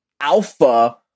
Alpha